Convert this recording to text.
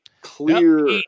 clear